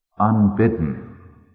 Unbidden